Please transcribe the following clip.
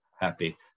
happy